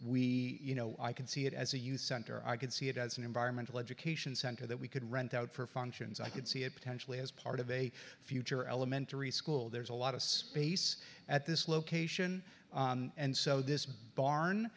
we you know i can see it as a youth center i could see it as an environmental education center that we could rent out for functions i could see it potentially as part of a future elementary school there's a lot of space at this location and so this barn